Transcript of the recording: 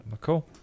Cool